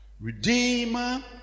Redeemer